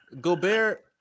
Gobert